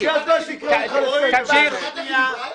שמעת איך היא דיברה אליי?